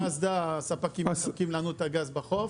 הספקים מספקים לנו את הגז בחוף,